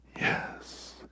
Yes